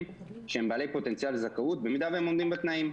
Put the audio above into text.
שהם בעלי פוטנציאל לזכאות במידה והם עומדים בתנאים.